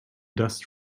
dust